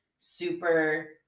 super